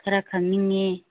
ꯈꯔ ꯈꯪꯅꯤꯡꯏ